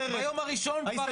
מהיום הראשון הם מועמדים לפיטורין.